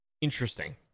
interesting